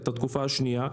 שיצטרכו את התקופה השנייה.